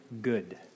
good